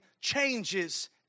changes